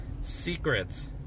secrets